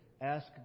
ask